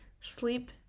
Sleep